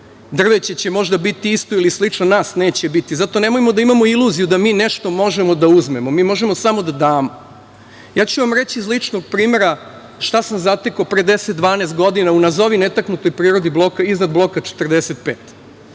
drveće će možda biti isto ili slično, nas neće biti. Zato nemojmo da imamo iluziju da mi nešto možemo da uzmemo. Mi možemo samo da damo. Ja ću vam reći iz ličnog primera šta sam zatekao pre 10, 12 godina, u nazovi netaknutoj prirodi iznad Bloka 45.